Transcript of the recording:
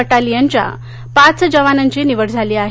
बटालियनच्या पाच जवानांची निवड झाली आहे